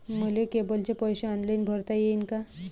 मले केबलचे पैसे ऑनलाईन भरता येईन का?